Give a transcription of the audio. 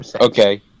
Okay